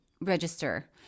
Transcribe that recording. register